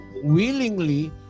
willingly